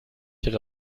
ihre